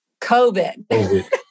COVID